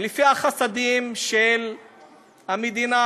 לפי החסדים של המדינה,